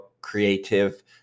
creative